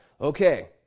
Okay